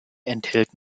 enthält